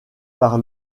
par